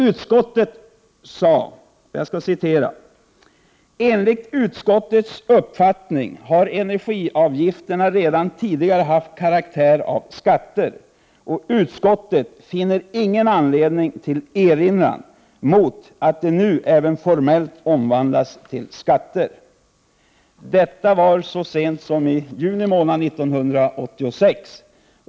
Utskottet uttalade: ”Enligt utskottets uppfattning har energiavgifterna redan tidigare haft karaktär av skatter och utskottet finner ingen anledning till erinran mot att de nu även formellt omvandlas till skatter.” Detta var så sent som i juni månad 1986.